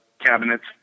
cabinets